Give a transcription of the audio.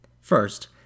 First